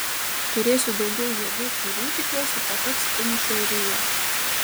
turėsiu daugiau jėgų kurių tikiuosi pakaks finišui rio